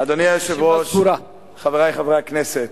אדוני היושב-ראש, חברי חברי הכנסת,